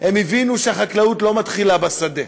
הבינו שהחקלאות לא מתחילה בשדה,